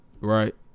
Right